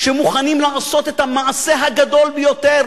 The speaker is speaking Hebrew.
שמוכנים לעשות את המעשה הגדול ביותר,